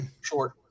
Short